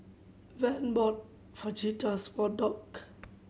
Van bought Fajitas for Dock